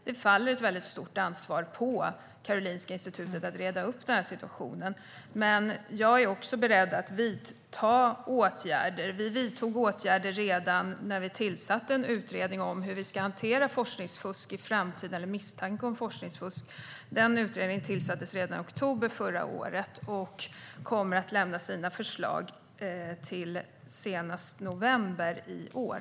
Det faller ett mycket stort ansvar på Karolinska Institutet att reda upp situationen. Jag är också beredd att vidta åtgärder. Vi vidtog åtgärder redan när vi tillsatte en utredning om hur vi ska hantera misstanke om forskningsfusk i framtiden. Den utredningen tillsattes redan i oktober förra året och kommer att lämna sina förslag senast i november i år.